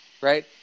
right